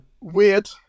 Weird